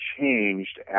changed